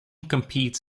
competes